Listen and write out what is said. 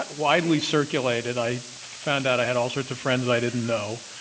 but widely circulated. i found out i had all sorts of friends i didn't know.